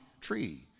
tree